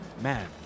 man